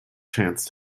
chance